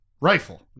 rifle